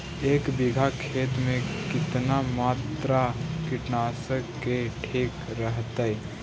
एक बीघा खेत में कितना मात्रा कीटनाशक के ठिक रहतय?